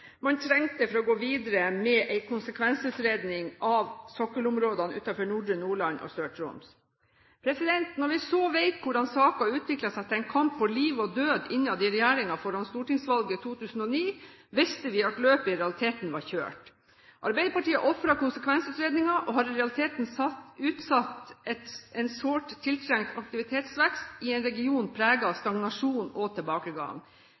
man trengte for å gå videre med en konsekvensutredning av sokkelområdene utenfor Nordre Nordland og Sør-Troms. Da vi så hvordan saken utviklet seg til en kamp på liv og død innad i regjeringen foran stortingsvalget i 2009, visste vi at løpet i realiteten var kjørt. Arbeiderpartiet ofret konsekvensutredningen og har i realiteten utsatt en sårt tiltrengt aktivitetsvekst i en region preget av stagnasjon og tilbakegang.